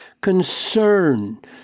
concern